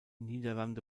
niederlande